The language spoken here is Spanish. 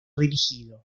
dirigido